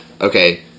Okay